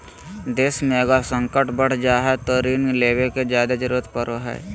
देश मे अगर संकट बढ़ जा हय तो ऋण लेवे के जादे जरूरत पड़ो हय